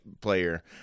player